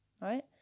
right